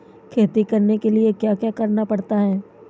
खेती करने के लिए क्या क्या करना पड़ता है?